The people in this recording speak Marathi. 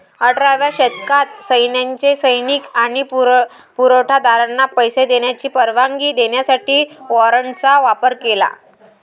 अठराव्या शतकात सैन्याने सैनिक आणि पुरवठा दारांना पैसे देण्याची परवानगी देण्यासाठी वॉरंटचा वापर केला